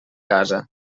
casa